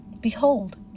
Behold